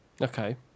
Okay